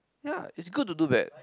ya is good to do that